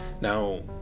now